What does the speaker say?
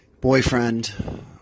boyfriend